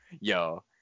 Yo